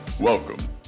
Welcome